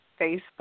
Facebook